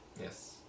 Yes